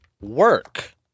work